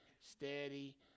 steady